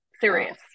Serious